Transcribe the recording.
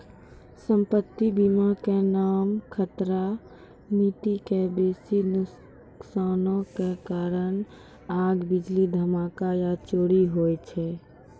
सम्पति बीमा के नाम खतरा नीति मे बेसी नुकसानो के कारण आग, बिजली, धमाका या चोरी होय छै